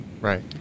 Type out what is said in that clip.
Right